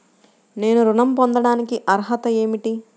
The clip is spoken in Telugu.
నేను ఋణం పొందటానికి అర్హత ఏమిటి?